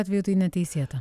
atveju tai neteisėta